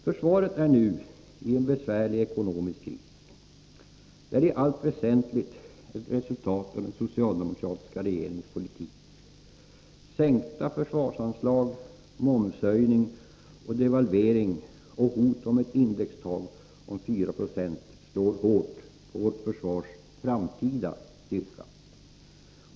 Försvaret är nu i en besvärlig ekonomisk kris. Den är i allt väsentligt ett resultat av den socialdemokratiska regeringens politik. Sänkta försvarsanslag, momshöjning, devalvering och hot om ett indextak om 4 90 slår hårt på vårt försvars framtida styrka.